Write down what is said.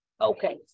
Okay